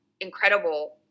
incredible